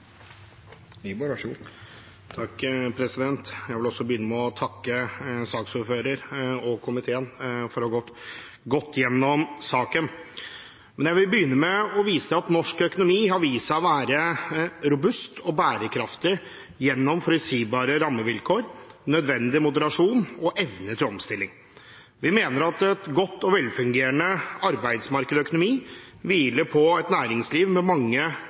Jeg vil også begynne med å takke saksordføreren og komiteen for å ha gått godt igjennom saken. Jeg vil vise til at norsk økonomi har vist seg å være robust og bærekraftig gjennom forutsigbare rammevilkår, nødvendig moderasjon og evne til omstilling. Vi mener at en god og velfungerende arbeidsmarkedsøkonomi hviler på et næringsliv med mange